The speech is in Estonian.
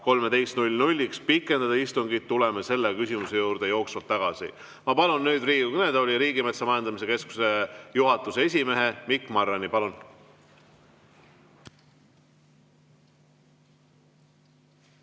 13‑ks, siis pikendada istungit. Tuleme selle küsimuse juurde jooksvalt tagasi. Ma palun Riigikogu kõnetooli Riigimetsa Majandamise Keskuse juhatuse esimehe Mikk Marrani. Palun!